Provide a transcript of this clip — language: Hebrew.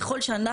ככל שאנחנו,